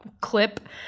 clip